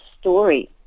story